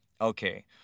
okay